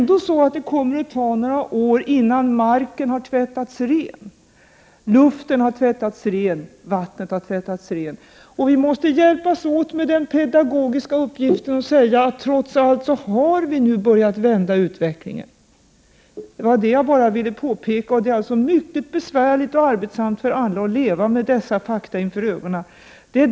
Det kommer ändå att ta några år innan marken har tvättats ren, luften har tvättats ren och vattnet tvättats rent. Vi måste hjälpas åt med den pedagogiska uppgiften och säga att vi nu trots allt börjat vända utvecklingen. Detta ville jag bara påpeka. Det är mycket besvärligt och arbetsamt för alla att leva med dessa fakta inför ögonen.